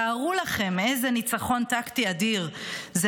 תארו לכם איזה ניצחון טקטי אדיר זה